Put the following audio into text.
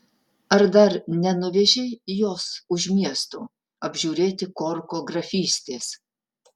ar dar nenuvežei jos už miesto apžiūrėti korko grafystės